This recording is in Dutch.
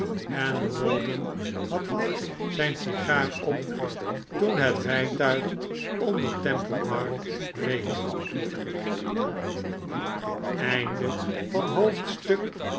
en rawdon had net zijn sigaar op toen het rijtuig oiider temple bar reed